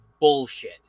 bullshit